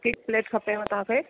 हिकु प्लेट खपेव तव्हांखे